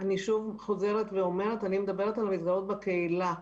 אני מדברת על מסגרות בקהילה.